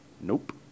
nope